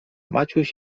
maciuś